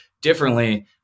differently